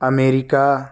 America